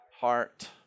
heart